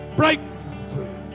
breakthrough